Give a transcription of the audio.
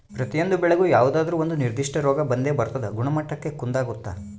ಪ್ರತಿಯೊಂದು ಬೆಳೆಗೂ ಯಾವುದಾದ್ರೂ ಒಂದು ನಿರ್ಧಿಷ್ಟ ರೋಗ ಬಂದೇ ಬರ್ತದ ಗುಣಮಟ್ಟಕ್ಕ ಕುಂದಾಗುತ್ತ